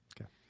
Okay